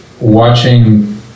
watching